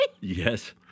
Yes